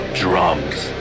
drums